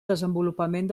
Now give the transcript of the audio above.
desenvolupament